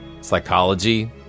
psychology